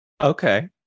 Okay